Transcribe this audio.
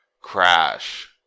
crash